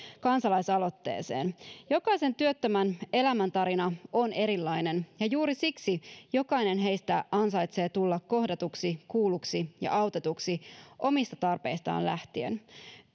kansalaisaloitteeseen jokaisen työttömän elämäntarina on erilainen ja juuri siksi jokainen heistä ansaitsee tulla kohdatuksi kuulluksi ja autetuksi omista tarpeistaan lähtien